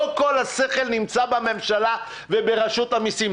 לא כל השכל נמצא בממשלה וברשות המיסים.